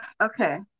okay